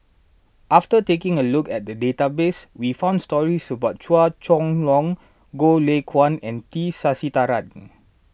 after taking a look at the database we found stories about Chua Chong Long Goh Lay Kuan and T Sasitharan